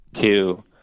two